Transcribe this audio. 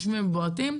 נושמים ובועטים,